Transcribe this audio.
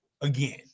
again